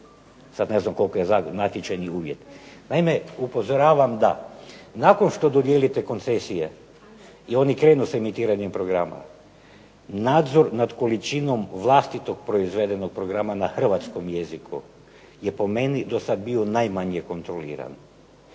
Sad ne znam koliko je natječajni uvjet. Naime, upozoravam da nakon što dodijelite koncesije i oni krenu s emitiranjem programa nadzor nad količinom vlastitog proizvedenog programa na hrvatskom jeziku je po meni do sada bio najmanje kontroliran